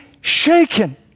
shaken